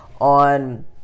On